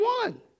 one